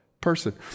person